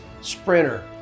sprinter